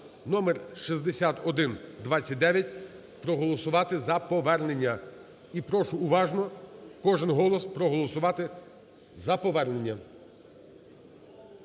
(номер 6129), проголосувати за повернення. І прошу уважно кожен голос проголосувати за повернення.